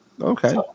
Okay